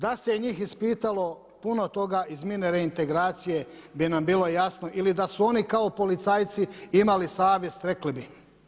Da se njih ispitalo puno toga iz mirne reintegracije bi nam bilo jasno ili da su oni kao policajci imali savjest rekli bi.